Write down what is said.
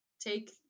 take